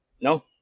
No